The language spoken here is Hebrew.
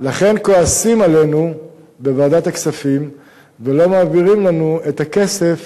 כועסים עלינו בוועדת הכספים ולא מעבירים לנו את הכסף